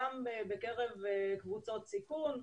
גם בקרב קבוצות סיכון,